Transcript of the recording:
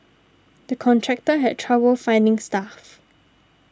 the contractor had trouble finding staff